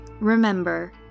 Remember